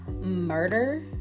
murder